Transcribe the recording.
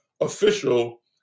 official